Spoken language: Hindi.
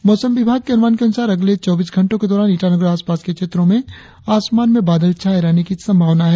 और अब मौसम मौसम विभाग के अनुमान के अनुसार अगले चौबीस घंटो के दौरान ईटानगर और आसपास के क्षेत्रो में आसमान में बादल छाये रहने की संभावना है